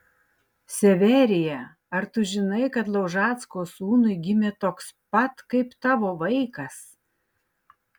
severija ar tu žinai kad laužacko sūnui gimė toks pat kaip tavo vaikas